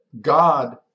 God